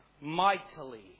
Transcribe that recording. mightily